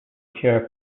cure